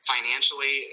Financially